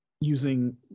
using